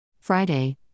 Friday